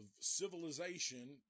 civilization